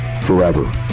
forever